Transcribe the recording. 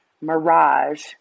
mirage